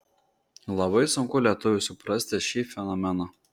labai sunku lietuviui suprasti šį fenomeną